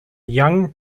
young